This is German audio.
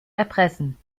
erpressen